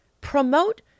Promote